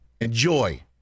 Enjoy